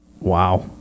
Wow